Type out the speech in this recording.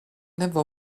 never